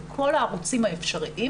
בכל הערוצים האפשריים,